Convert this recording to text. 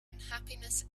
unhappiness